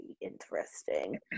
interesting